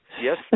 Yes